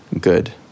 good